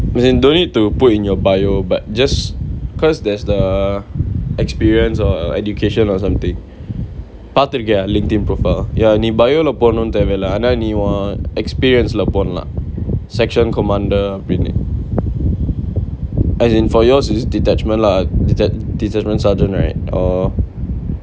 as in dont need to put in your bio but just cause there's the experience or or education or something பாத்துறிக்கியா:paathurikkiya Linkedin profile ya நீ:nee bio lah போடனு தேவ இல்லஆனா நீ உன்:podanu theva illa aanaa nee un experience lah போடலாம்:podalaam section commander அப்டினு:apdinu as in for yours is detachment lah detach~ detachment sergeant right